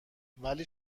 ولی